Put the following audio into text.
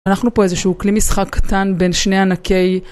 אנחנו פה איזה שהוא כלי משחק קטן בין שני ענקי.